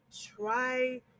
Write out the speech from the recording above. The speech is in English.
Try